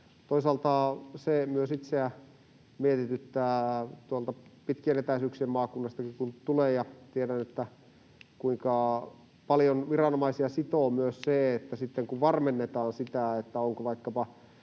Toisaalta se myös itseäni mietityttää, tuolta pitkien etäisyyksien maakunnastakin kun tulen ja tiedän, kuinka paljon viranomaisia sitoo myös se, kun sitten varmennetaan sitä, onko vaikkapa